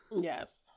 Yes